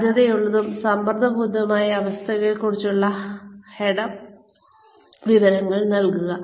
സാധ്യതയുള്ളതും സമ്മർദ്ദപൂരിതവുമായ അവസ്ഥകളെക്കുറിച്ചുള്ള head up വിവരങ്ങൾ നൽകുക